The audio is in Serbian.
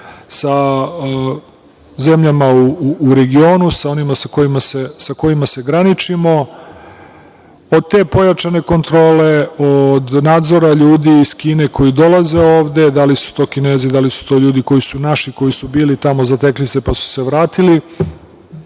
sa zemljama u regionu, sa onima sa kojima se graničimo, od te pojačane kontrole, od nadzora ljudi iz Kine koji dolaze ovde, da li su to Kinezi, da li su to ljudi koji su naši, koji su bili tamo, zatekli se, pa su se vratili,